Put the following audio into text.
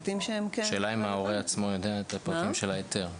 השאלה אם ההורה יודע את הפרטים של ההיתר.